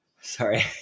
Sorry